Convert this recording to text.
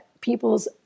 people's